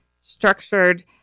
structured